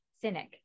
Cynic